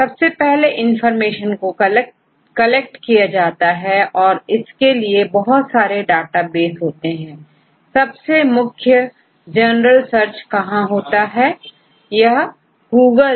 तो यदि आप लिटरेचर में देखें तो बहुत सारे डेटाबेस उपलब्ध है उदाहरण के तौर पर सबसे ज्यादा उपयोग होने वाला सर्च जो आप उपयोग करते हैं क्या है